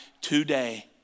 today